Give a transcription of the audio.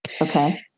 Okay